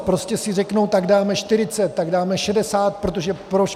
Prostě si řeknou, tak dáme 40, tak dáme 60, protože proč?